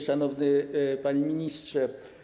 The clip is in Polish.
Szanowny Panie Ministrze!